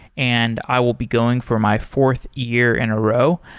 and i will be going for my fourth year in a row.